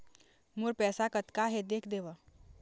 मोर पैसा कतका हे देख देव?